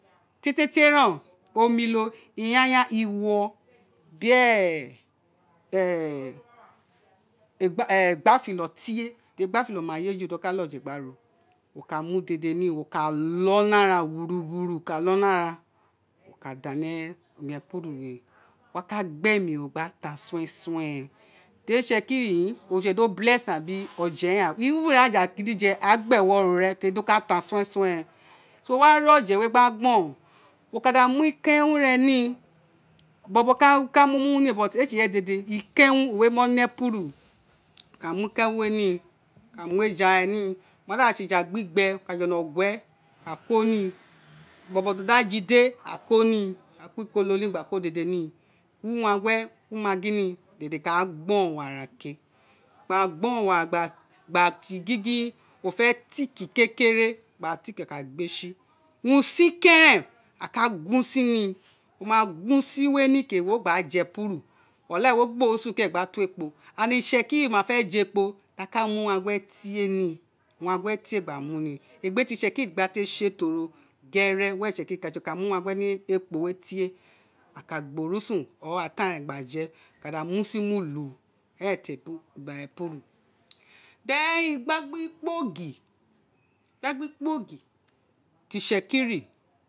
Tie tie ren o omilo iyanyan hoo bi igbefilo tie igba filo maye ju o ka leghe oje gba ro wo ka mu dede ni wo ka ko ni ara wo ka da ni omi epufu wee wo ka gbe mi ri gba ta teri itsekiri oritse do bless aghan biri even ireye mi ven aghan ewa ran te ri o ka so wo wa ri oje we gba gbe ka wo ka da mu ike wun re ni bobo ka mu ra iloli ni but we se ireye dede ka owun orun we ma ne iluru aka mu ikewun we ni aka nwu eja fe ni oma da se eja gbigbe oka jolo gwe wo ka ni bobo da je de aka ko ni a ka ko ikelo ni gba ko dede ni gba nwu ubeague ka ko mess ni o kaa gborou wo wa o ma gborou uruna gba se ghan o fe thick kekere o ka tha da aka gbe si usm keren aka gun sabni arabgun si we ni ke wa gba je epuru olad re wo gba orusun keren gba to ekpo and itsekiri vi ma fe je ekpo a wa mu ukangue tie ni ubangue tie gba mu ni egbe ti itsekiri gba te se toro gere were itsekiri ka sebonkanmu wangue tie ni ino ekpo we o ka gba orusun or atan re gba je o ka mu usin mulu eren ti epuru then gba ti itsekiri.